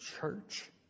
church